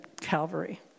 Calvary